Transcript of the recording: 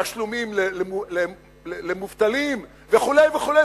בתשלומים למובטלים וכו' וכו',